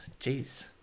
Jeez